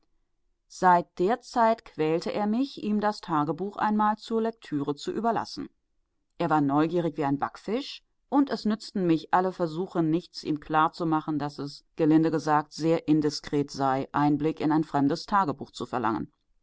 seit der zeit quälte er mich ihm das tagebuch einmal zur lektüre zu überlassen er war neugierig wie ein backfisch und es nützten mich alle versuche nichts ihm klarzumachen daß es gelinde gesagt sehr indiskret sei einblick in ein fremdes tagebuch zu verlangen